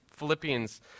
Philippians